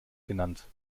genannt